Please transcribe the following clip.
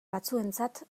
batzuentzat